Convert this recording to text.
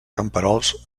camperols